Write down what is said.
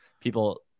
people